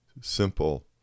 simple